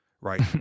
right